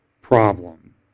problem